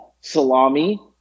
salami